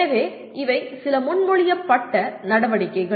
எனவே இவை சில முன்மொழியப்பட்ட நடவடிக்கைகள்